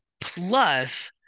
Plus